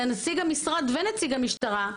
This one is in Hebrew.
לנציג המשרד ונציג המשטרה,